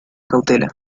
cautela